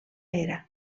era